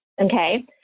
okay